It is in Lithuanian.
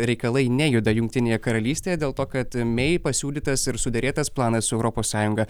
reikalai nejuda jungtinėje karalystėje dėl to kad mei pasiūlytas ir suderėtas planas europos sąjunga